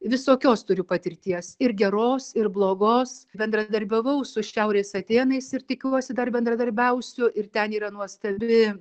visokios turiu patirties ir geros ir blogos bendradarbiavau su šiaurės atėnais ir tikiuosi dar bendradarbiausiu ir ten yra nuostabi